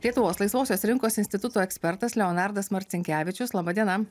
lietuvos laisvosios rinkos instituto ekspertas leonardas marcinkevičius laba diena